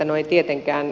no ei tietenkään